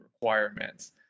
requirements